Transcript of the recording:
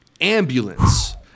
Ambulance